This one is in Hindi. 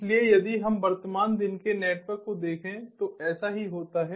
इसलिए यदि हम वर्तमान दिन के नेटवर्क को देखें तो ऐसा ही होता है